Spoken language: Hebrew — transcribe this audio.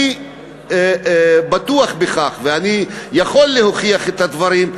אני בטוח בכך ויכול להוכיח את הדברים,